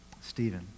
Stephen